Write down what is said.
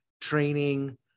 training